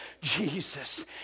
Jesus